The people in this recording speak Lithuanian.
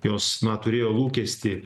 jos na turėjo lūkestį